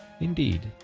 Indeed